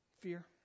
fear